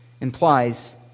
implies